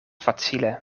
facile